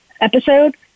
episode